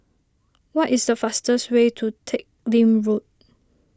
what is the fastest way to Teck Lim Road